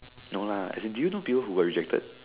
no lah as in do you know Dew who were rejected